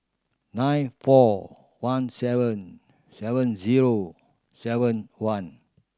nine four one seven seven zero seven one